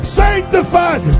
sanctified